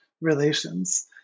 relations